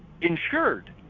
insured